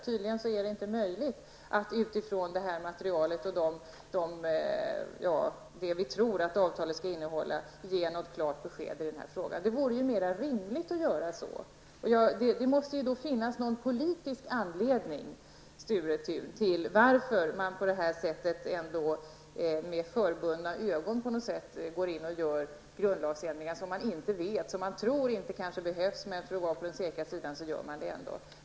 Tydligen är det inte möjligt att utifrån detta material och det vi tror att avtalet skall innehålla ge något klart besked i den här frågan. Det vore mer rimligt att göra så. Det måste finnas någon politisk anledning, Sture Thun, till att man med förbundna ögon gör grundlagsändringar som man inte tror behövs, men som man gör för att vara på den säkra sidan.